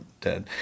dead